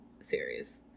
series